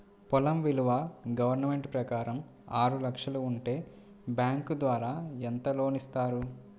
పొలం విలువ గవర్నమెంట్ ప్రకారం ఆరు లక్షలు ఉంటే బ్యాంకు ద్వారా ఎంత లోన్ ఇస్తారు?